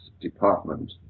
department